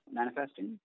manifesting